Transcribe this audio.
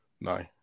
No